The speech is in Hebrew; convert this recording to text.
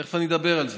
ותכף אני אדבר על זה.